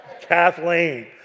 Kathleen